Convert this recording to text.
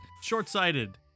short-sighted